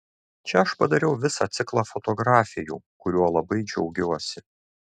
čia aš padariau visą ciklą fotografijų kuriuo labai džiaugiuosi